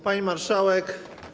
Pani Marszałek!